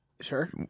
Sure